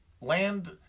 land